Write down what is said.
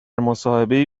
مصاحبهای